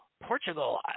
Portugal